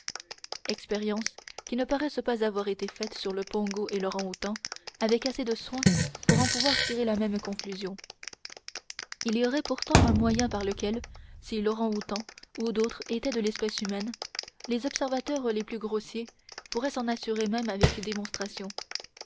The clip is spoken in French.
expériences qui ne paraissent pas avoir été faites sur le pongo et lorang outang avec assez de soin pour en pouvoir tirer la même conclusion il y aurait pourtant un moyen par lequel si lorang outang ou d'autres étaient de l'espèce humaine les observateurs les plus grossiers pourraient s'en assurer même avec démonstration